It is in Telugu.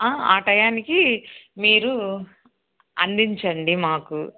ఆ టయానికి మీరు అందించండి మాకు